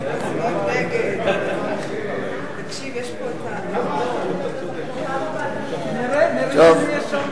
יכולים להיות מקומות פחות גרועים ויותר רחוקים מריכוזי אוכלוסייה,